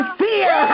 fear